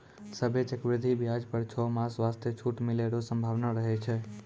सभ्भे चक्रवृद्धि व्याज पर छौ मास वास्ते छूट मिलै रो सम्भावना रहै छै